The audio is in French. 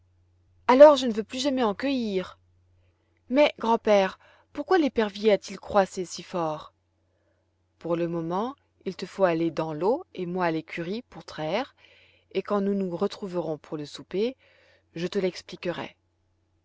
alors je ne veux plus jamais en cueillir mais grand-père pourquoi l'épervier a-t-il croassé si fort pour le moment il te faut aller dans l'eau et moi à l'écurie pour traire et quand nous nous retrouverons pour le souper je te l'expliquerai